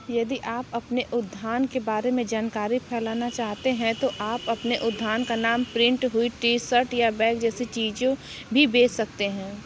यदि आप अपने उद्यान के बारे में जानकारी फैलाना चाहते हैं तो आप अपने उद्यान का नाम प्रिंट हुई टी शर्ट या बैग जैसी चीज़ों भी बेच सकते हैं